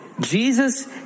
jesus